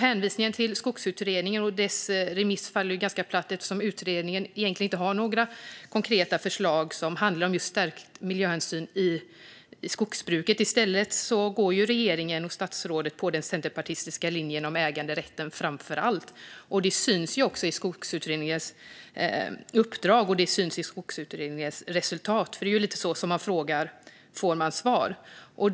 Hänvisningen till Skogsutredningen och dess remiss faller ganska platt eftersom utredningen egentligen inte har några konkreta förslag som handlar om stärkt miljöhänsyn i skogsbruket. I stället går regeringen och statsrådet på den centerpartistiska linjen om äganderätten framför allt. Detta syns också i Skogsutredningens uppdrag och resultat. Det är ju lite så att som man frågar får man svar.